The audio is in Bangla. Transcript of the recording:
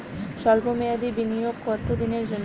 সল্প মেয়াদি বিনিয়োগ কত দিনের জন্য?